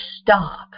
stop